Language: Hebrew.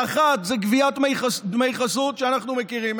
האחת היא גביית דמי חסות, שאנחנו מכירים,